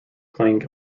playing